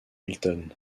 hilton